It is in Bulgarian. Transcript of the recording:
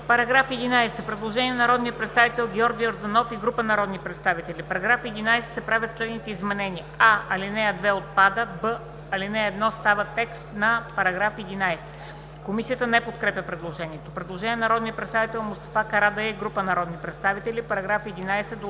По § 11 има предложение на народния представител Георги Йорданов и група народни представители: „В § 11 се правят следните изменения: а) ал. 2 – отпада. б) ал. 1 става текст на § 11.“ Комисията не подкрепя предложението. Предложение на народния представител Мустафа Карадайъ и група народни представители: „Параграф 11 да